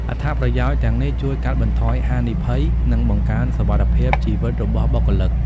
អត្ថប្រយោជន៍ទាំងនេះជួយកាត់បន្ថយហានិភ័យ និងបង្កើនសុវត្ថិភាពជីវិតរបស់បុគ្គលិក។